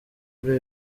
kuri